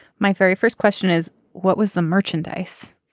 my very first question is what was the merchandise.